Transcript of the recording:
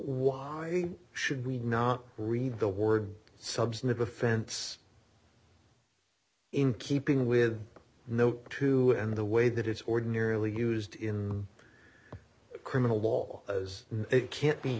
why should we not read the word substantive offense in keeping with the two and the way that it's ordinarily used in criminal law as it can't be